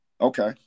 Okay